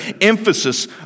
emphasis